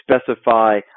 specify